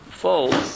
fold